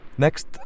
Next